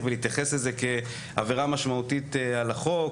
ולהתייחס לזה כעבירה משמעותית על החוק,